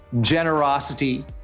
generosity